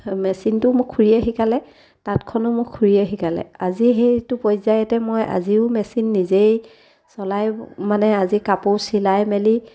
মেচিনটোও মোক খুৰীয়ে শিকালে তাঁতখনো মোক খুৰীয়ে শিকালে আজি সেইটো পৰ্যায়তে মই আজিও মেচিন নিজেই চলাই মানে আজি কাপোৰ চিলাই মেলি